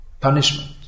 punishment